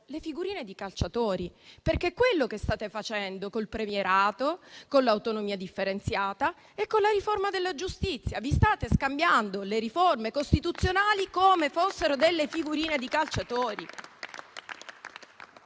le figurine dei calciatori, perché è quello che state facendo con il premierato, con l'autonomia differenziata e con la riforma della giustizia: vi state scambiando le riforme costituzionali come fossero figurine di calciatori.